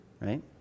right